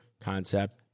concept